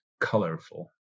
colorful